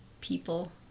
people